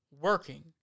working